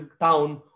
town